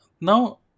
now